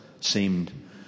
seemed